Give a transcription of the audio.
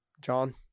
John